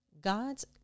God's